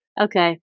Okay